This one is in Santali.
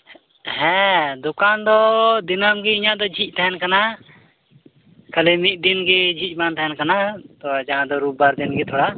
ᱦᱮᱸ ᱫᱚᱠᱟᱱ ᱫᱚ ᱫᱤᱱᱟᱹᱢ ᱜᱮ ᱤᱧᱟᱹᱜ ᱫᱚ ᱡᱷᱤᱡ ᱛᱟᱦᱮᱱ ᱠᱟᱱᱟ ᱠᱷᱟᱹᱞᱤ ᱢᱤᱫ ᱫᱤᱱ ᱜᱮ ᱡᱷᱤᱡ ᱵᱟᱝ ᱛᱟᱦᱮᱱ ᱠᱟᱱᱟ ᱛᱚ ᱡᱟᱦᱟᱸ ᱫᱚ ᱨᱳᱵᱽᱵᱟᱨ ᱫᱤᱱ ᱜᱮ ᱛᱷᱚᱲᱟ